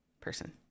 person